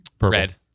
Red